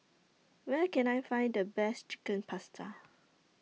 Where Can I Find The Best Chicken Pasta